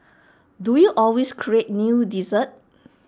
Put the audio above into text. do you always create new desserts